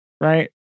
Right